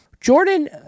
Jordan